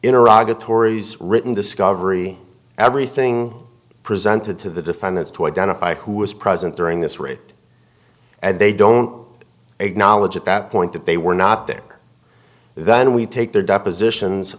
a tori's written discovery everything presented to the defendants to identify who was present during this raid and they don't acknowledge at that point that they were not there then we take their depositions